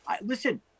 Listen